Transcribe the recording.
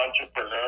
entrepreneur